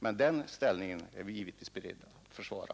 Men den ståndpunkten är vi givetvis beredda att försvara.